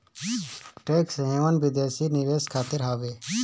tax haven विदेशी निवेशक खातिर हवे